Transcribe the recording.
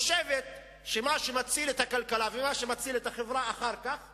שלפיה מה שמציל את הכלכלה ומה שמציל את החברה אחר כך